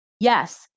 Yes